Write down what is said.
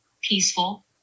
peaceful